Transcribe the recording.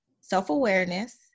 self-awareness